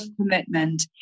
commitment